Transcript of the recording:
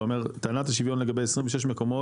אתה אומר טענת השוויון לגבי 26 מקומות